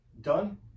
Done